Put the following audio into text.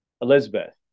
Elizabeth